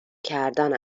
کردن